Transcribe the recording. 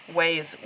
ways